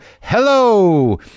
Hello